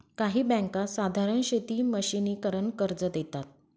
काही बँका साधारण शेती मशिनीकरन कर्ज देतात